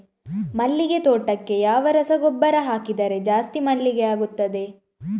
ಮಲ್ಲಿಗೆ ತೋಟಕ್ಕೆ ಯಾವ ರಸಗೊಬ್ಬರ ಹಾಕಿದರೆ ಜಾಸ್ತಿ ಮಲ್ಲಿಗೆ ಆಗುತ್ತದೆ?